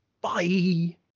Bye